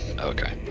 okay